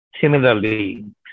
similarly